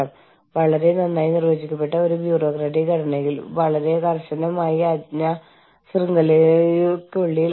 പ്രാദേശിക മാനേജർമാർ എല്ലാം കൈകാര്യം ചെയ്യുന്ന ഹാൻഡ് ഓഫ് സമീപനം നമ്മൾക്കുണ്ട്